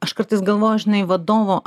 aš kartais galvoju žinai vadovo